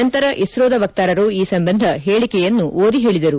ನಂತರ ಇಸ್ತೋದ ವಕ್ತಾರರು ಈ ಸಂಬಂಧ ಹೇಳಿಕೆಯನ್ನು ಓದಿ ಹೇಳಿದರು